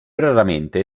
raramente